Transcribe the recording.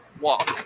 walk